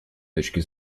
точки